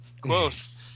Close